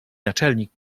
naczelnik